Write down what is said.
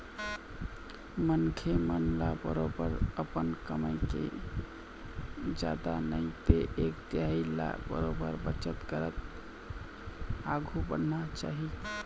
मनखे मन ल बरोबर अपन कमई के जादा नई ते एक तिहाई ल बरोबर बचत करत आघु बढ़ना चाही